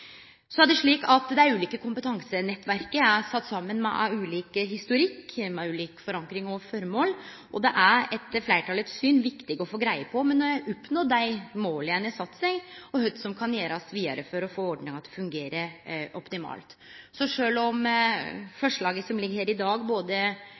Dei ulike kompetansenettverka er sette saman med ulik historikk, med ulik forankring og ulikt føremål, og det er etter fleirtalet sitt syn viktig å få greie på om ein har oppnådd dei måla ein har sett seg, og kva som kan gjerast vidare for å få ordninga til å fungere optimalt. Så sjølv om